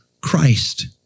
Christ